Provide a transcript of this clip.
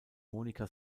monica